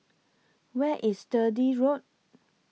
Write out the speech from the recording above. Where IS Sturdee Road